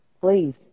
Please